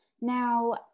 Now